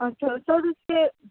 اچھا سر اس کے